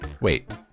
Wait